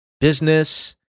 business